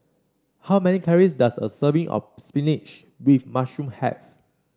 how many calories does a serving of spinach with mushroom have